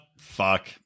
Fuck